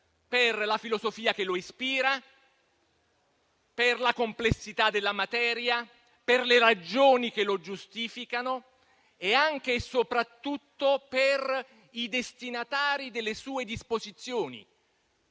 per la filosofia che lo ispira, per la complessità della materia, per le ragioni che lo giustificano e anche e soprattutto per i destinatari delle sue disposizioni,